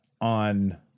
on